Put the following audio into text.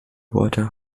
worte